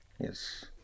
Yes